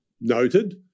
noted